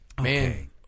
Man